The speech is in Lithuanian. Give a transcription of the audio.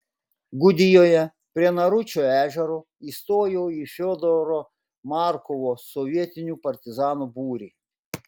gudijoje prie naručio ežero įstojo į fiodoro markovo sovietinių partizanų būrį